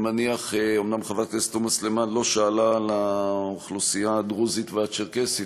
אומנם חברת הכנסת תומא סלימאן לא שאלה על האוכלוסייה הדרוזית והצ'רקסית,